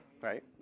Right